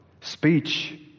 Speech